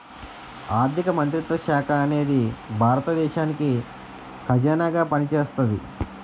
ఆర్ధిక మంత్రిత్వ శాఖ అనేది భారత దేశానికి ఖజానాగా పనిచేస్తాది